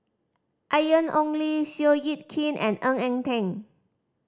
Ian Ong Li Seow Yit Kin and Ng Eng Teng